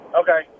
Okay